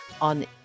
on